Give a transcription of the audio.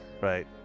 Right